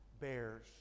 bears